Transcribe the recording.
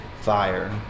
fire